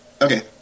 Okay